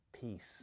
peace